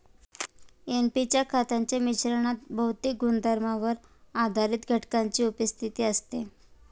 NP च्या खतांच्या मिश्रणात भौतिक गुणधर्मांवर आधारित घटकांची उपस्थिती असते